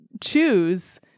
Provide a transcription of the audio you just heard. choose